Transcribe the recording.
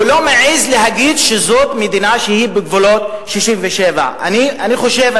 הוא לא מעז להגיד שזאת מדינה שהיא בגבולות 1967. אני חושב,